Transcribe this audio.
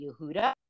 Yehuda